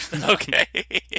Okay